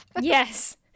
Yes